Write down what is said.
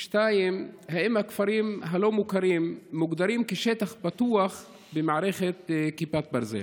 2. האם הכפרים הלא-מוכרים מוגדרים כשטח פתוח במערכת כיפת ברזל?